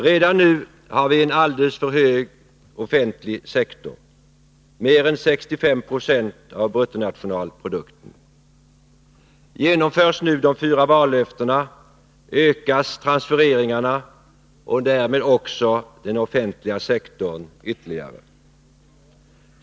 Redan nu har vi en alldeles för stor offentlig sektor — mer än 65 Jo av bruttonationalprodukten. Genomförs nu de fyra vallöftena ökar transfereringarna och därmed också den offentliga sektorn ytterligare.